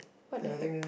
what the heck